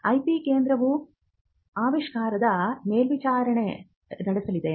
IP ಕೇಂದ್ರವು ಆವಿಷ್ಕಾರದ ಮೇಲ್ವಿಚಾರಣೆ ನಡೆಸಲಿದೆ